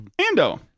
Ando